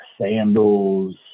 sandals